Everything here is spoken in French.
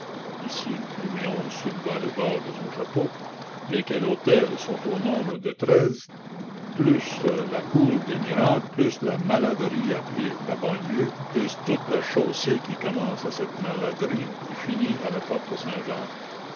lesquels hôtels sont au nombre de treize plus la cour des miracles plus la maladerie appelée la banlieue plus toute la chaussée qui commence à cette maladerie et finit à la porte saint-jacques